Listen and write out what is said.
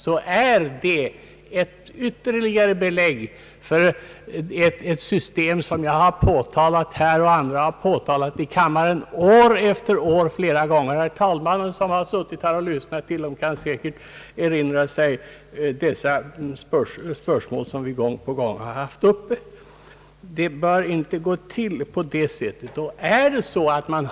Det är ett ytterligare belägg för ett system som jag och andra har påtalat i kammaren flera gånger under årens lopp. Herr talmannen, som har suttit här och lyssnat på debatterna, kan säkert erinra sig dessa spörsmål, som vi gång på gång har diskuterat. Det bör inte gå till på detta sätt.